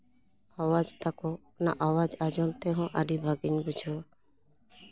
ᱚᱵᱚᱥᱛᱷᱟ ᱠᱚ ᱱᱟᱜ ᱟᱣᱟᱡᱽ ᱟᱸᱡᱚᱢ ᱛᱮᱦᱚᱸ ᱟᱹᱰᱤ ᱵᱷᱟᱹᱜᱤᱧ ᱵᱩᱡᱷᱟᱹᱣᱟ